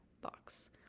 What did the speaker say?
box